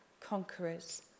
conquerors